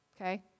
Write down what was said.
okay